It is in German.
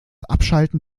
abschalten